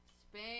Spain